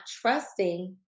trusting